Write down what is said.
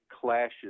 clashes